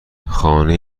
خانه